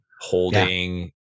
holding